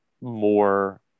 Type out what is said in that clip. more